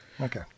Okay